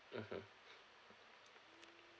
mmhmm